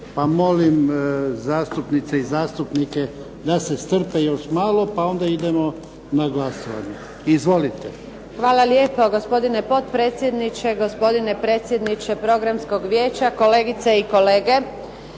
molim zastupnice i zastupnike da se strpe još malo pa onda idemo na glasovanje. Izvolite. **Antunović, Željka (SDP)** Hvala lijepa, gospodine potpredsjedniče. Gospodine predsjedniče Programskog vijeća. Kolegice i kolege.